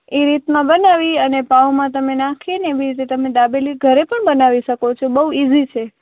એ રીતના બનાવી અને પાંઉમાં તમે નાખીને એવી રીતે તમે દાબેલી ઘરે પણ બનાવી શકો છો બહુ ઇઝી છે